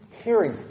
Hearing